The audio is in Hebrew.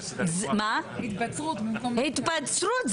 התבצרות במקום נבצרות.